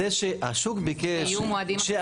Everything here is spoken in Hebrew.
השוק ביקש,